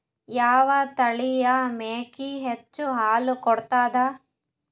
ಯಾವ ತಳಿಯ ಮೇಕಿ ಹೆಚ್ಚ ಹಾಲು ಕೊಡತದ?